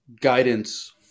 guidance